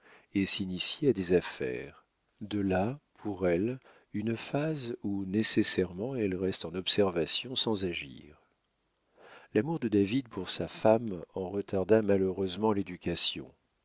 et s'initier à des affaires de là pour elle une phase où nécessairement elle reste en observation sans agir l'amour de david pour sa femme en retarda malheureusement l'éducation